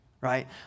right